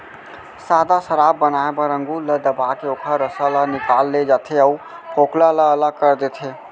सादा सराब बनाए बर अंगुर ल दबाके ओखर रसा ल निकाल ले जाथे अउ फोकला ल अलग कर देथे